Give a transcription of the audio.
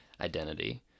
identity